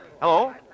Hello